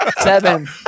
Seven